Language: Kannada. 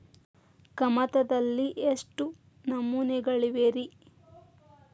ಕಮತದಲ್ಲಿ ಎಷ್ಟು ನಮೂನೆಗಳಿವೆ ರಿ?